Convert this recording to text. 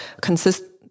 consistent